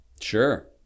Sure